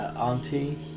auntie